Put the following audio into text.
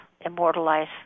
immortalize